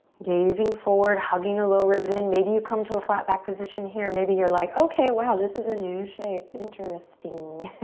gazing forward hugging the lower ribs in maybe you come to a flat back position here. maybe you're like, okay wow, this is a new shape interesting